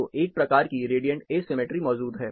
तो एक प्रकार की रेडिएंट एसिमेट्री मौजूद है